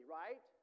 right